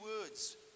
words